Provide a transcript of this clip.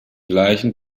gleichen